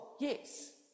Yes